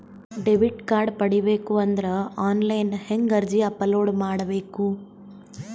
Debit card ಪಡಿಬೇಕು ಅಂದ್ರ online ಹೆಂಗ್ ಅರ್ಜಿ ಅಪಲೊಡ ಮಾಡಬೇಕು?